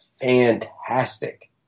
fantastic